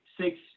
six